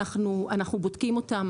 אנחנו בודקים אותן